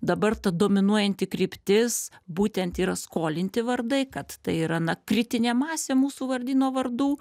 dabar ta dominuojanti kryptis būtent yra skolinti vardai kad tai yra na kritinė masė mūsų vardyno vardų